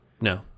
no